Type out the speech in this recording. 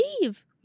leave